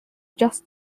just